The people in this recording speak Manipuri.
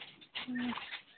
ꯑꯥ